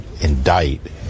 indict